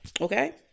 Okay